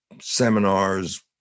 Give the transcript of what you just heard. seminars